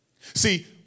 See